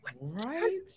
right